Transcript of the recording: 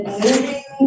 moving